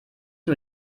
nur